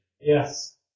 Yes